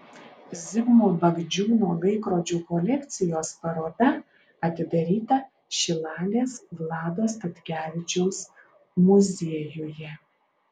zigmo bagdžiūno laikrodžių kolekcijos paroda atidaryta šilalės vlado statkevičiaus muziejuje